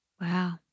Wow